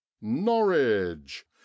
Norwich